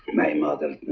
my mother